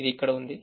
ఇది ఇక్కడ ఉంది